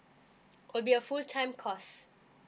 will be a full time course